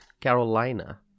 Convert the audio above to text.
Carolina